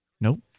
Nope